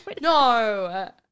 No